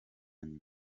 nyina